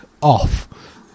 off